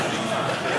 אדוני היושב-ראש,